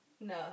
No